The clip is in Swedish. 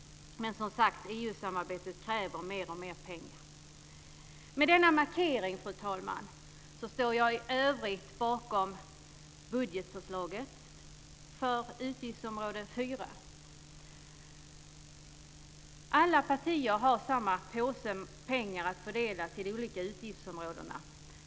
Men EU-samarbetet kräver, som sagt var, mer och mer pengar. Med denna markering, fru talman, står jag i övrigt bakom budgetförslaget för utgiftsområde 4. Alla partier har samma påse pengar att fördela till de olika utgiftsområdena.